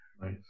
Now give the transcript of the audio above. Nice